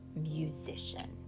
musician